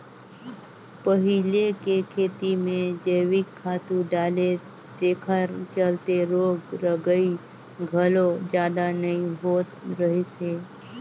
पहिले के खेती में जइविक खातू डाले तेखर चलते रोग रगई घलो जादा नइ होत रहिस हे